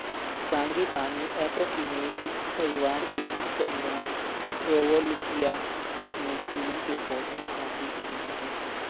frangipani Apocynaceae परिवार के उपपरिवार रौवोल्फिया में फूलों के पौधों का एक जीनस है